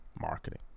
marketing